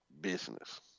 business